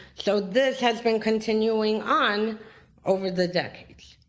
so this has been continuing on over the decades.